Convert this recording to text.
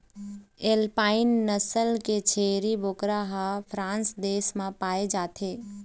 alpine नसल के छेरी बोकरा ह फ्रांस देश म पाए जाथे